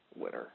winner